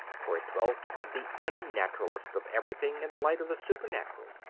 for it dwelt on the unnaturalness of everything in the light of the supernatural.